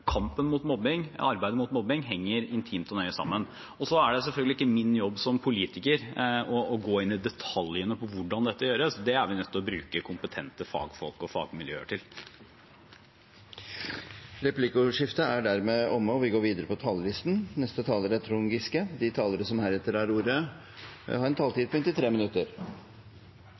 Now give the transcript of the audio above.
arbeidet mot mobbing henger intimt og nøye sammen. Men det er selvfølgelig ikke min jobb, som politiker, å gå inn i detaljene om hvordan dette gjøres. Det er vi nødt til å bruke kompetente fagfolk og fagmiljøer til. Replikkordskiftet er omme. De talere som heretter får ordet, har en taletid på inntil 3 minutter. I desember i fjor kom de